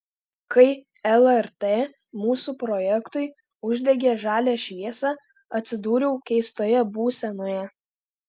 kai lrt mūsų projektui uždegė žalią šviesą atsidūriau keistoje būsenoje